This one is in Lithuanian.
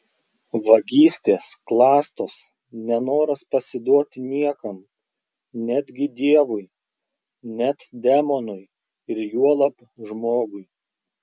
vagystės klastos nenoras pasiduoti niekam netgi dievui net demonui ir juolab žmogui